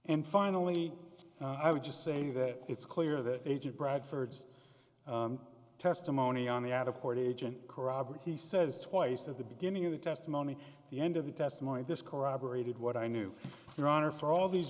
and finally i would just say that it's clear that agent bradford's testimony on the out of court agent corroborate he says twice at the beginning of the testimony at the end of the testimony this corroborated what i knew your honor for all these